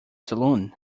salon